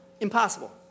impossible